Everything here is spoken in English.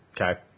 Okay